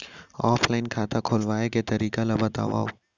Offline खाता खोलवाय के तरीका ल बतावव?